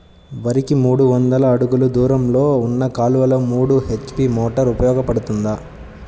వరికి మూడు వందల అడుగులు దూరంలో ఉన్న కాలువలో మూడు హెచ్.పీ మోటార్ ఉపయోగపడుతుందా?